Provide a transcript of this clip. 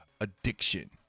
addiction